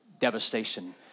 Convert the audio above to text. devastation